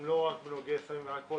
הן לא רק בנגעי הסמים והאלכוהול,